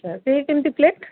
ସିଏ କେମିତି ପ୍ଲେଟ୍